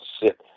sit